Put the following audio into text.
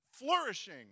Flourishing